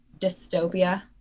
dystopia